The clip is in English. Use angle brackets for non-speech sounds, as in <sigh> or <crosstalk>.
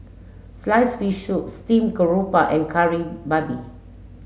sliced fish <unintelligible> Steamed Garoupa and Kari Babi